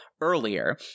earlier